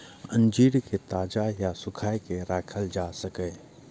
अंजीर कें ताजा या सुखाय के खायल जा सकैए